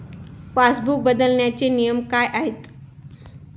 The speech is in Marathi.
पासबुक बदलण्याचे नियम काय आहेत?